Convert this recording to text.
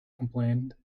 complained